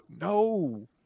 No